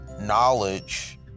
knowledge